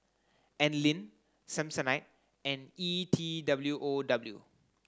Anlene Samsonite and E T W O W